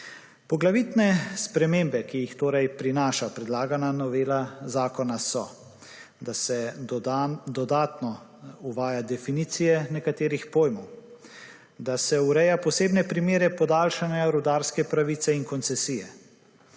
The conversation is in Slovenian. Poglavitne spremembe, ki jih torej prinaša predlagana novela zakona, so: da se dodatno uvaja definicije nekaterih pojmov; da se ureja posebne primere podaljšanja rudarske pravice in koncesije;